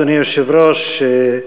אדוני היושב-ראש,